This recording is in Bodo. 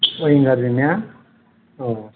उइंगारजोंना औ